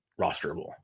rosterable